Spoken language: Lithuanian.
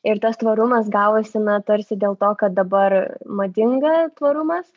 ir tas tvarumas gavosi na tarsi dėl to kad dabar madinga tvarumas